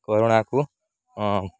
କରୋନାକୁ ହଁ